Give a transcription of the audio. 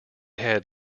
had